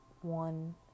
one